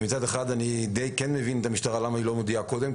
מצד אחד אני מבין למה המשטרה לא מודיעה קודם,